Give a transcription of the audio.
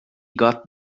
got